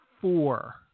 four